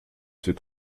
ses